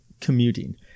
commuting